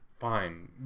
Fine